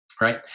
Right